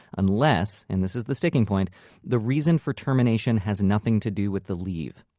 unless and this is the sticking point the reason for termination has nothing to do with the leave.